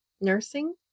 nursing